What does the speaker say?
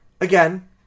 Again